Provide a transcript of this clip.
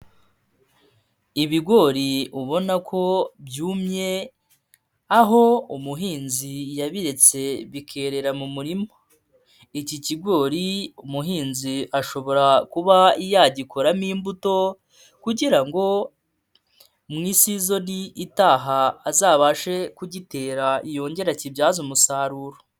Ibigori ubona ko byumye aho umuhinzi yabiretse bikerera mu murima. Iki kigori umuhinzi ashobora kuba yagikoramo imbuto kugira ngo mu isizoni itaha, azabashe kugitera yongere akibyaze umusaruro.